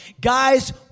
Guys